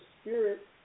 spirit